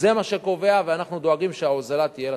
זה מה שקובע, ואנחנו דואגים שההוזלה תהיה לצרכן.